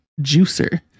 juicer